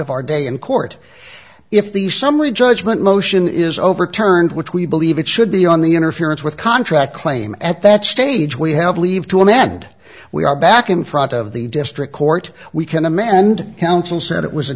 of our day in court if the summary judgment motion is overturned which we believe it should be on the interference with contract claim at that stage we have leave to amend we are back in front of the district court we can amend counsel said it was a